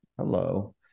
hello